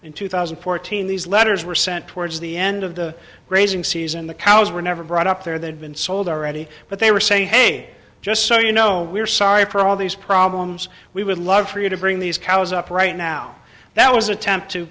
in two thousand and fourteen these letters were sent towards the end of the grazing season the cows were never brought up there they'd been sold already but they were saying hey just so you know we're sorry for all these problems we would love for you to bring these cows up right now that was attempt to